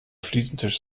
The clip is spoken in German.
fliesentisch